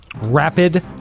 Rapid